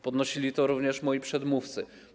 Podnosili to również moi przedmówcy.